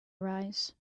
arise